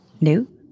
New